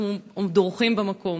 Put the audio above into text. אבל אנחנו דורכים במקום,